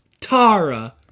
Tara